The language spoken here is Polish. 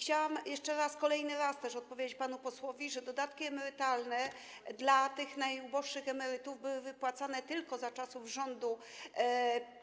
Chciałam jeszcze raz, kolejny raz odpowiedzieć panu posłowi, że dodatki emerytalne dla najuboższych emerytów były wypłacone tylko za czasów rządu